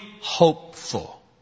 hopeful